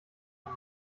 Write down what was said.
von